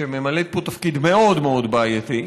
שממלאת פה תפקיד מאוד מאוד בעייתי,